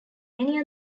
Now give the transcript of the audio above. many